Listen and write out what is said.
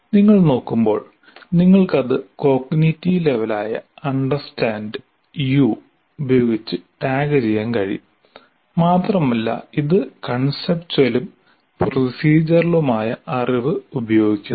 നിങ്ങൾ നോക്കുമ്പോൾ നിങ്ങൾക്ക് അത് കോഗ്നിറ്റീവ് ലെവൽ ആയ അണ്ടർസ്റ്റാൻഡ് യു ഉപയോഗിച്ച് ടാഗുചെയ്യാൻ കഴിയും മാത്രമല്ല ഇത് കോൺസെപ്ച്യുവലും പ്രോസിഡറലുമായ അറിവ് ഉപയോഗിക്കുന്നു